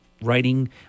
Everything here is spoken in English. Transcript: writing